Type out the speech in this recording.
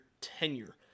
tenure